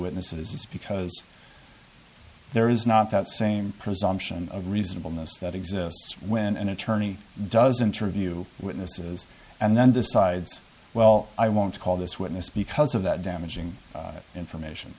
witnesses is because there is not that same presumption of reasonableness that exists when an attorney does interview witnesses and then decides well i won't call this witness because of that damaging information